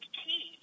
key